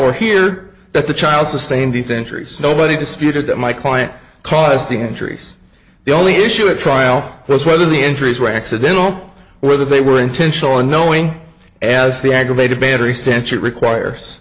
or here that the child sustained these injuries nobody disputed that my client caused the injuries the only issue at trial was whether the injuries were accidental whether they were intentional and knowing as the aggravated battery stanch it requires